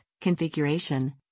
configuration